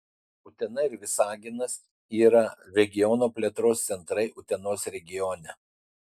utena ir visaginas yra regiono plėtros centrai utenos regione